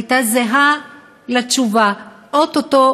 הייתה זהה לתשובה עכשיו: או-טו-טו,